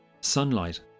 Sunlight